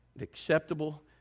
acceptable